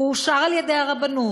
הוא אושר על-ידי הרבנות,